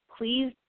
Please